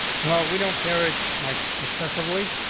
well, we don't care it like excessively,